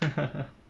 呵呵呵